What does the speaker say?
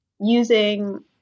using